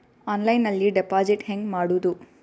ಆನ್ಲೈನ್ನಲ್ಲಿ ಡೆಪಾಜಿಟ್ ಹೆಂಗ್ ಮಾಡುದು?